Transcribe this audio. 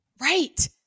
Right